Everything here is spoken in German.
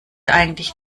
eigentlich